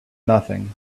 nothing